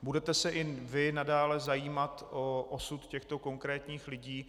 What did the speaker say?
Budete se i vy nadále zajímat o osud těchto konkrétních lidí?